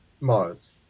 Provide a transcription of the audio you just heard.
Mars